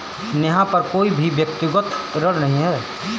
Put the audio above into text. नेहा पर कोई भी व्यक्तिक ऋण नहीं है